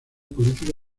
política